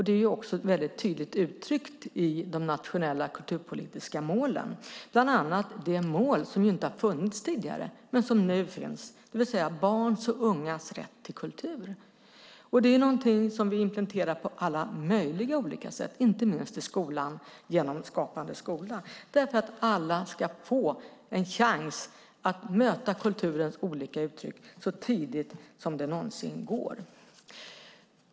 Det är också väldigt tydligt uttryckt i de nationella kulturpolitiska målen. Det är bland annat det mål som inte har funnits tidigare men som nu finns, det vill säga barns och ungas rätt till kultur. Det är någonting som vi implementerar på alla möjliga olika sätt, inte minst i skolan genom Skapande skola, för att alla ska få en chans att möta kulturens olika uttryck så tidigt som det någonsin går.